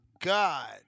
God